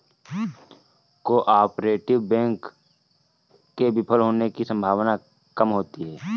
cooperative bank के विफल होने की सम्भावना काम होती है